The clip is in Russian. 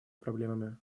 проблемами